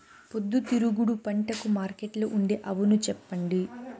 పొద్దుతిరుగుడు పంటకు మార్కెట్లో ఉండే అవును చెప్పండి?